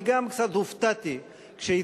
אני גם קצת הופתעתי כשהצגתי,